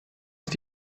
ist